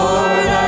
Lord